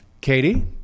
katie